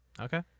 Okay